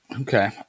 okay